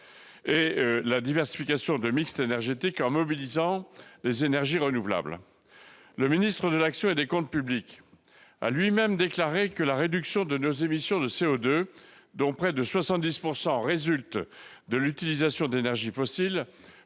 -et la diversification du énergétique, en mobilisant les énergies renouvelables. Le ministre de l'action et des comptes publics a lui-même déclaré que « la réduction de nos émissions de C02, dont près de 70 % résultent de l'utilisation d'énergies fossiles,